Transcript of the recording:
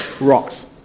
rocks